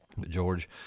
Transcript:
George